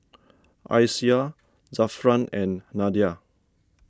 Aisyah Zafran and Nadia